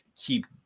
keep